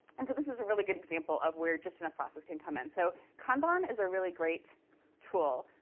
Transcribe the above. and so this is a really good example of where just enough process can come. and so kanban is a really great tool.